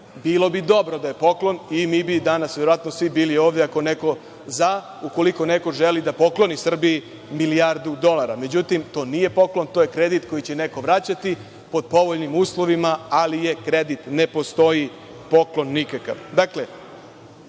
bilo bi dobro da je poklon i mi bi danas verovatno svi bili ovde, ukoliko neko želi da pokloni Srbiji milijardu dolara. Međutim, to nije poklon, to je kredit koji će neko vraćati pod povoljnim uslovima, ali je kredit. Ne postoji poklon nikakav. Dakle,